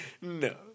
No